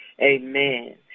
Amen